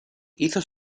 hizo